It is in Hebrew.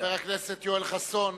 חבר הכנסת יואל חסון,